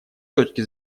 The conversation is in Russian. точки